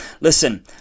listen